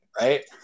right